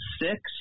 six